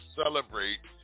celebrate